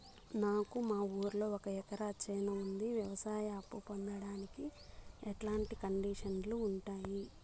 నాకు మా ఊరిలో ఒక ఎకరా చేను ఉంది, వ్యవసాయ అప్ఫు పొందడానికి ఎట్లాంటి కండిషన్లు ఉంటాయి?